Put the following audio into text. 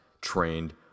trained